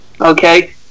Okay